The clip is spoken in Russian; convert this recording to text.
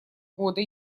года